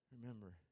Remember